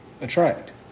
Attract